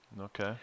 Okay